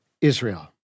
Israel